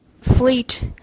fleet